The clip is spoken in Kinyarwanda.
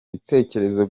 ibitekerezo